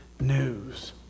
news